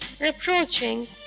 reproaching